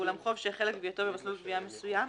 ואולם חוב שהחלה גבייתו במסלול גביה מסוים,